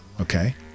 okay